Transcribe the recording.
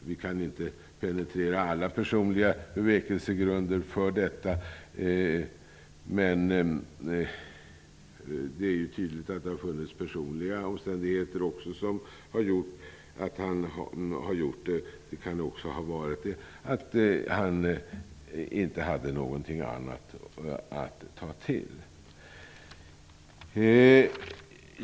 Vi kan här inte penetrera alla personliga bevekelsegrunder för detta beslut, men det är tydligt att det också har funnits personliga omständigheter som har spelat in, och det kan också ha varit så att han inte hade något annat att ta till.